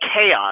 chaos